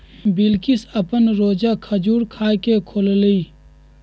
बिलकिश अप्पन रोजा खजूर खा के खोललई